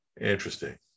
Interesting